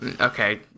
Okay